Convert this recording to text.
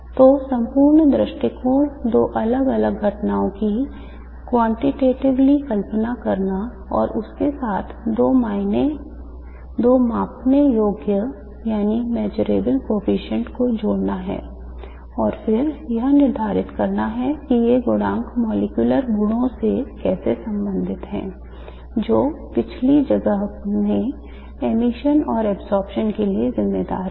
तो संपूर्ण दृष्टिकोण दो अलग अलग घटनाओं की quantitatively कल्पना करना और इसके साथ दो मापने योग्य गुणांक को जोड़ना है और फिर यह निर्धारित करना है कि ये गुणांक मॉलिक्यूलर गुणों से कैसे संबंधित हैं जो पहली जगह में emission और absorption के लिए जिम्मेदार हैं